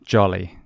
jolly